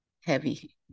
heavy